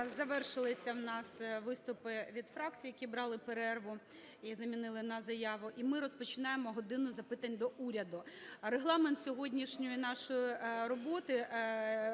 завершилися у нас виступи від фракцій, які брали перерву і замінили на заяву. І ми розпочинаємо "годину запитань до Уряду". Регламент сьогоднішньої нашої роботи: